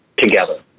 together